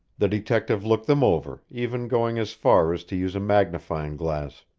the detective looked them over, even going as far as to use a magnifying glass.